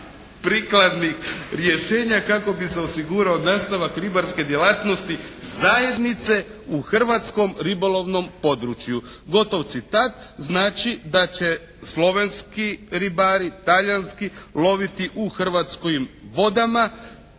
prikladnih rješenja kako bi se osigurao nastavak ribarske djelatnosti zajednice u hrvatskom ribolovnom području. Gotov citat. Znači, da će slovenski ribari, talijanski loviti u hrvatskim vodama